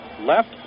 left